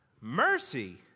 mercy